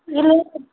ಇಲ್ಲೈತೆ ರಿ